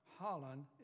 Holland